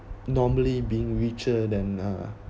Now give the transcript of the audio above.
normally being richer than uh